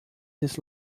his